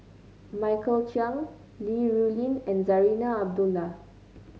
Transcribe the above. Michael Chiang Li Rulin and Zarinah Abdullah